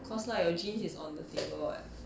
of cause like your jeans is on the table [what]